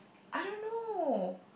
I don't know